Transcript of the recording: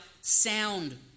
sound